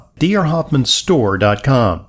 drhoffmanstore.com